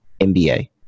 nba